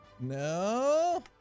No